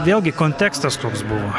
vėlgi kontekstas toks buvo